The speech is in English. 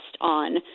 on